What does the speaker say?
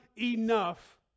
enough